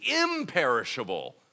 imperishable